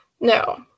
no